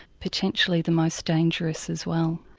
potentially, the most dangerous as well.